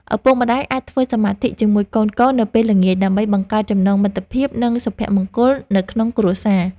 ឪពុកម្តាយអាចធ្វើសមាធិជាមួយកូនៗនៅពេលល្ងាចដើម្បីបង្កើតចំណងមិត្តភាព និង សុភមង្គលនៅក្នុងគ្រួសារ។